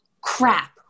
crap